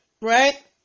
right